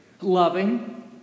loving